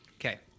Okay